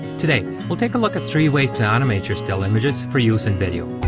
today, we'll take a look at three ways to animate your still images for use in video.